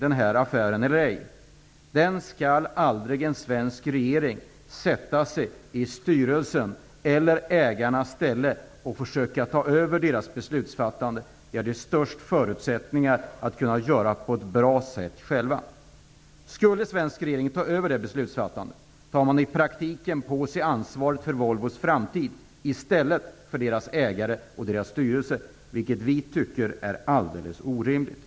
En svensk regering skall aldrig sätta sig i styrelsens eller ägarnas ställe och försöka ta över deras beslutsfattande. Det har de störst förutsättningar för att göra på ett bra sätt själva. Om en svensk regering skulle ta över beslutsfattandet tar den i praktiken på sig ansvaret för Volvos framtid i stället för ägarna och styrelsen. Det tycker vi är alldeles orimligt.